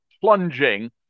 plunging